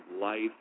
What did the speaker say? life